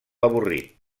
avorrit